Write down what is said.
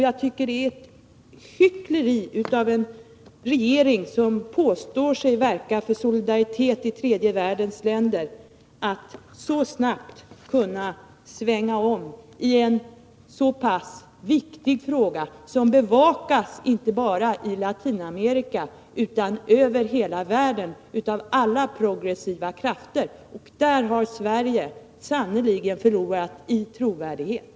Jag tycker att det är hyckleri av en regering som påstår sig verka för solidaritet i tredje världens länder att så snabbt svänga om i en så pass viktig fråga, som bevakas inte bara i Latinamerika utan över hela världen av alla progressiva krafter. Och där har Sverige sannerligen förlorat i trovärdighet.